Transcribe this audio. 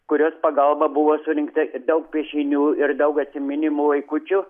kurios pagalba buvo surinkta daug piešinių ir daug atsiminimų vaikučių